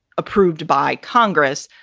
approved by congress.